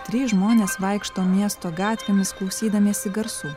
trys žmonės vaikšto miesto gatvėmis klausydamiesi garsų